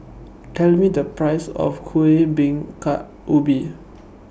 Tell Me The Price of Kueh Bingka Ubi